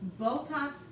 Botox